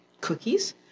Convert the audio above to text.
cookies